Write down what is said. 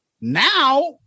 now